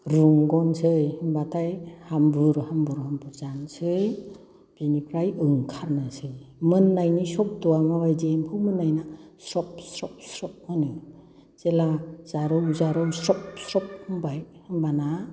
रुंगनोसै होनबाथाय हामबुर हामबुर जानोसै बिनिफ्राय ओंखारनोसै मोननायनि सब्द' मा बायदि एम्फौ मोननाय ना होनो जेब्ला जारोम जारोम स्रब स्रब होनो स्रब स्रब होनबाय होनबाना